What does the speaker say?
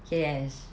yes